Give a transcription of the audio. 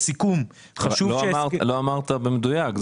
לא אמרת במדויק.